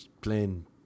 playing